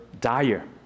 dire